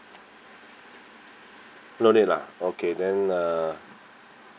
no need lah okay then uh